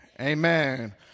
amen